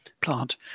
plant